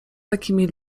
takimi